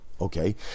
Okay